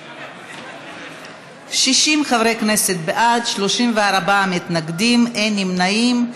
60 חברי כנסת בעד, 34 מתנגדים, אין נמנעים.